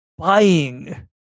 buying